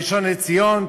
הראשון לציון,